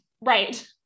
Right